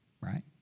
right